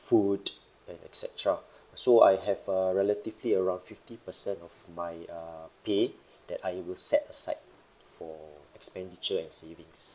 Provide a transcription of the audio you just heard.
food and et cetera so I have a relatively around fifty percent of my uh pay that I will set aside for expenditure and savings